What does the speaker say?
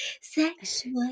sexual